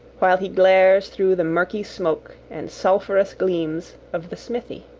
while he glares through the murky smoke and sulphureous gleams of the smithy.